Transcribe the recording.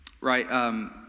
right